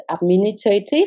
administrative